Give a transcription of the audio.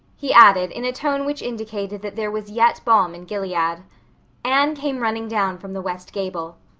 he added in a tone which indicated that there was yet balm in gilead. anne came running down from the west gable.